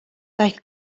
daeth